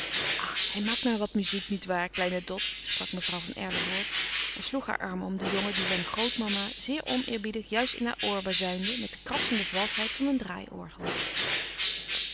ach hij maakt maar wat muziek niet waar kleine dot sprak mevrouw van erlevoort en sloeg haar arm om den jongen die zijne grootmama zeer oneerbiedig juist in haar oor bazuinde met de krassende valschheid van een